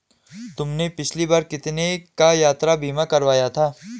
तुमने पिछली बार कितने का यात्रा बीमा करवाया था?